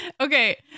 Okay